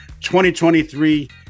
2023